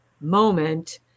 moment